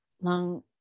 long